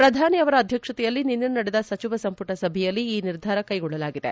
ಪ್ರಧಾನಿ ಅವರ ಅಧ್ಯಕ್ಷತೆಯಲ್ಲಿ ನಿನ್ನೆ ನಡೆದ ಸಚಿವ ಸಂಪುಟ ಸಭೆಯಲ್ಲಿ ಈ ನಿರ್ಧಾರ ಕೈಗೊಳ್ಳಲಾಗಿದೆ